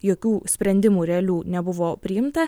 jokių sprendimų realių nebuvo priimta